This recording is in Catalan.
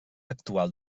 actual